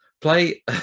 Play